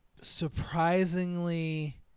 surprisingly